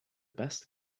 best